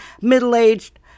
middle-aged